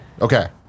Okay